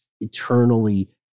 eternally